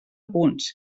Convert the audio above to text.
punts